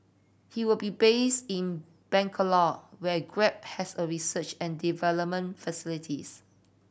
he will be based in Bangalore where Grab has a research and development facility